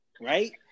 right